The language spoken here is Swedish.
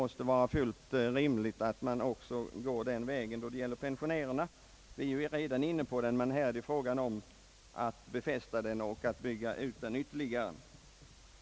Då måste det vara fullt rimligt att man går samma väg också i fråga om pensionärerna; vi är ju redan inne på den, men här är det frågan om att gå vidare på den inslagna vägen.